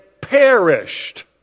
perished